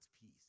peace